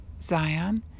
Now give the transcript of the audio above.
Zion